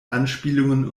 anspielungen